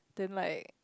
then like